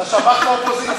אתה שב"ח מהאופוזיציה.